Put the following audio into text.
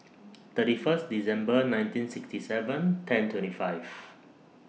thirty First December nineteen sixty seven ten twenty five